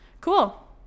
cool